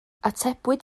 atebwyd